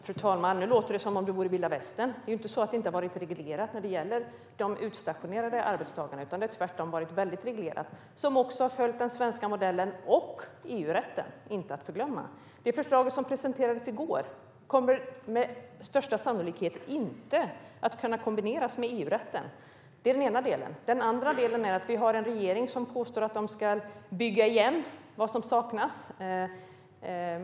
Fru talman! Nu låter det som om det vore vilda västern. Det är inte så att det inte har varit reglerat när det gäller de utstationerade arbetstagarna. Det har tvärtom varit väldigt reglerat. Det har också följt den svenska modellen och EU-rätten, inte att förglömma. Det förslag som presenterades i går kommer med största sannolikhet inte att kunna kombineras med EU-rätten. Det är den ena delen. Den andra delen är att vi har en regering som påstår att den ska bygga vad som saknas.